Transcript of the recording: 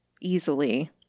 easily